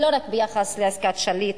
ולא רק ביחס לעסקת שליט.